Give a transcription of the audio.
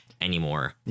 anymore